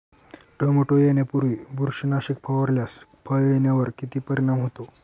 Tomato येण्यापूर्वी बुरशीनाशक फवारल्यास फळ येण्यावर किती परिणाम होतो?